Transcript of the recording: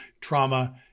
trauma